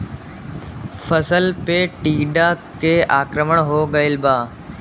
फसल पे टीडा के आक्रमण हो गइल बा?